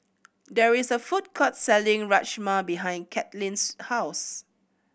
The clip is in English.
there is a food court selling Rajma behind Katlin's house